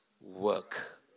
work